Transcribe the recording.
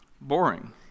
boring